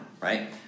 right